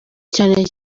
cyane